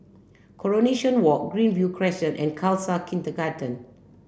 Coronation Walk Greenview Crescent and Khalsa Kindergarten